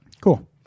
Cool